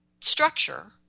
structure –